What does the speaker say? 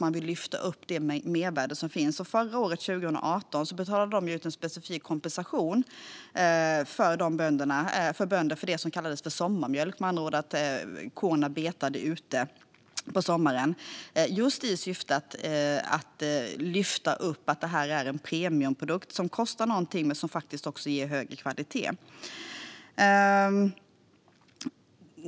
Man vill lyfta upp det mervärde som finns. Förra året, 2018, betalade de ut en specifik kompensation till bönder för det som kallades för sommarmjölk - det handlade med andra ord om att korna betade ute på sommaren - just i syfte att lyfta upp att detta är en premiumprodukt som kostar någonting men som faktiskt också har högre kvalitet.